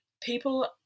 people